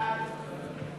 עסקים קטנים